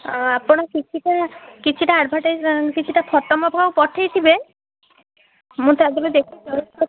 ଆଉ ଆପଣ କିଛିଟା କିଛିଟା ଆଡ଼ଭରଟାଇଜ୍ କିଛିଟା ଫଟୋ ମଧ୍ୟ ପଠାଇଥିବେ ମୁଁ ତା'ଦେହରୁ ଦେଖି ଚଏସ୍ କରିବି